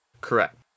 Correct